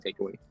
takeaway